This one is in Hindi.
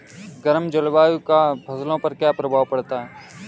गर्म जलवायु का फसलों पर क्या प्रभाव पड़ता है?